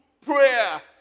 prayer